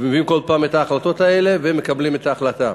ומביאים כל פעם את ההחלטות האלה ומקבלים את ההחלטה.